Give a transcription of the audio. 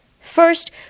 First